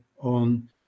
on